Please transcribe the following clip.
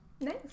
Nice